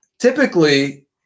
typically –